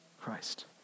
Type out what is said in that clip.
Christ